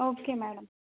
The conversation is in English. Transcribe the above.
okay madam